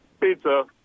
pizza